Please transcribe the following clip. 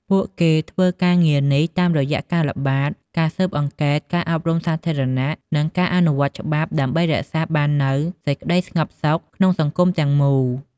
ពួកគេធ្វើការងារនេះតាមរយៈការល្បាត ការស៊ើបអង្កេត ការអប់រំសាធារណៈ និងការអនុវត្តច្បាប់ដើម្បីរក្សាបាននូវសេចក្ដីស្ងប់សុខក្នុងសង្គមទាំងមូល។